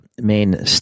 main